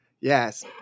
Yes